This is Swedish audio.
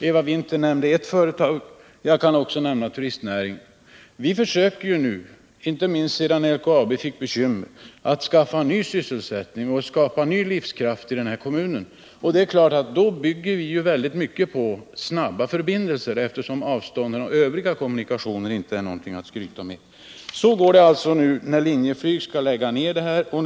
Eva Winther nämnde ett företag, och jag kan också nämna turistnäringen. Vi försöker nu, inte minst sedan LKAB fått bekymmer, skaffa ny sysselsättning och skapa ny livskraft i kommunen, och det är klart att vi då i mycket bygger på snabba förbindelser, eftersom avstånd och övriga kommunikationer inte är någonting att skryta med. Linjeflyg skall nu lägga ner flygplatsen.